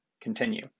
continue